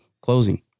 closing